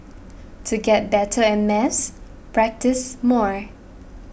to get better at maths practise more